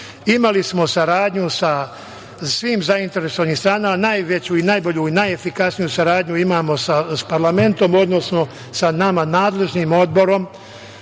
imamo. Imali smo saradnju sa svim zainteresovanim stranama, a najveću i najbolju i najefikasniju saradnju imamo sa parlamentom, odnosno sa nama nadležnim Odborom